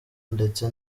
ndetse